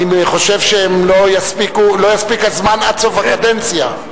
אני חושב שלא יספיק הזמן עד סוף הקדנציה.